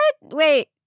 Wait